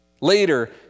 Later